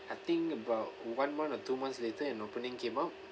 I think about one month or two months later an opening came up